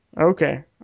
Okay